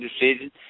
decision